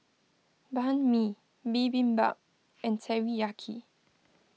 Banh Mi Bibimbap and Teriyaki